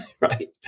Right